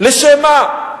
לשם מה?